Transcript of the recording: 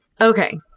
Okay